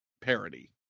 parody